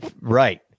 Right